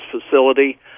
facility